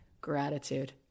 gratitude